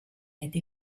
été